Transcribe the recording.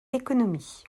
économie